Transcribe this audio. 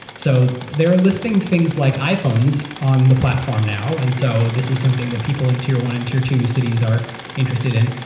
so they are listing like iphones on the platform now. and so this is something that people in tier one and tier two cities are interested in.